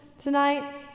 tonight